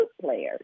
players